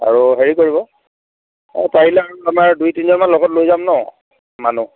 আৰু হেৰি কৰিব পাৰিলে আৰু আমাৰ দুই তিনিজনমান লগত লৈ যাম ন' মানুহ